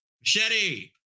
Machete